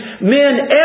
men